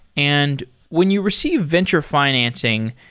and when you receive venture financing,